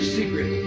secret